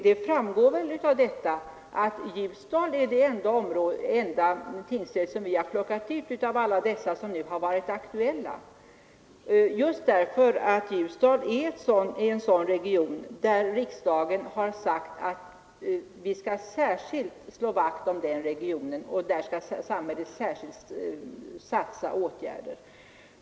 Detta framgår väl av att Ljusdal är den enda tingsrätt som vi har plockat ut av alla dem som nu varit aktuella, just därför att Ljusdal ligger i en sådan region som riksdagen har uttalat sig särskilt vilja slå vakt om och där samhället skall sätta in speciella åtgärder.